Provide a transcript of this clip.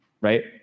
right